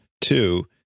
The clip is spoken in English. Two